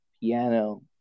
piano